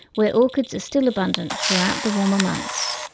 where orchids are still abundant throughout the warmer months.